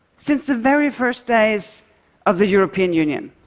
since the very first days of the european union,